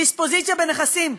דיספוזיציה בנכסים.